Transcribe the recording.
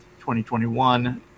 2021